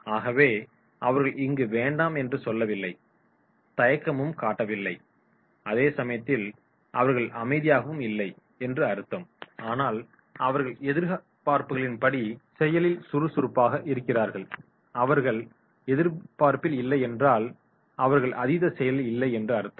ஆகவே அவர்கள் இங்கு வேண்டாம் என்று சொல்லவில்லை தயக்கமும் காட்டவில்லை அதே சமயத்தில் அவர்கள் அமைதியாகவும் இல்லை என்று அர்த்தம் ஆனால் அவர்கள் எதிர்பார்ப்புகளின்படி செயலில் சுறுசுறுப்பாக இருக்கிறார்கள் அவர்கள் எதிர்பார்ப்பில் இல்லை என்றால் அவர்கள் அதீத செயலில் இல்லை என்று அர்த்தம்